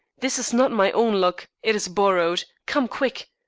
this is not my own luck it is borrowed. come, quick!